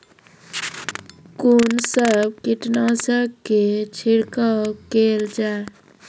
कून सब कीटनासक के छिड़काव केल जाय?